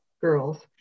girls